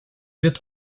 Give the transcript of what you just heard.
wird